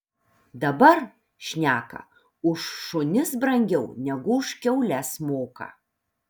dabar šneka už šunis brangiau negu už kiaules moka